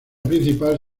principal